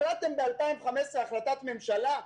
ב-2015 החלטתם החלטת ממשלה,